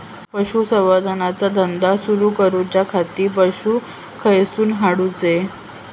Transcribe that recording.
पशुसंवर्धन चा धंदा सुरू करूच्या खाती पशू खईसून हाडूचे?